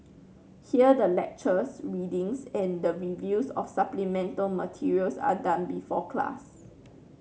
here the lectures readings and the reviews of supplemental materials are done before class